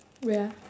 wait ah